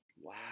Wow